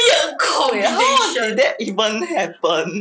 wait how did that even happen